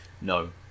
No